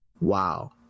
wow